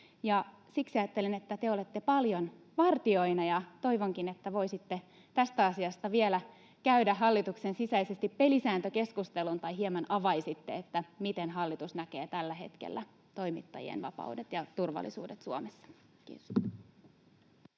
Siksi ajattelen, että te olette paljon vartijoina, ja toivonkin, että voisitte tästä asiasta vielä käydä hallituksen sisäisesti pelisääntökeskustelun tai hieman avaisitte, miten hallitus näkee tällä hetkellä toimittajien vapaudet ja turvallisuuden Suomessa. — Kiitos.